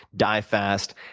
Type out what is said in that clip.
die fast,